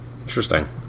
interesting